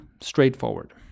straightforward